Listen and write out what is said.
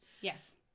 Yes